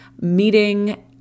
meeting